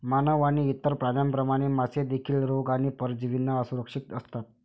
मानव आणि इतर प्राण्यांप्रमाणे, मासे देखील रोग आणि परजीवींना असुरक्षित असतात